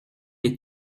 les